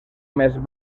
més